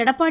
Edappadi